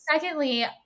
secondly